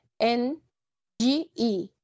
N-G-E